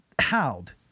howled